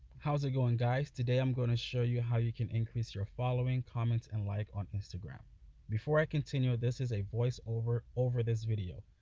how's it going guys today i'm gonna show you how you can increase your following comments and like on instagram before i continue this is a voice-over over this video.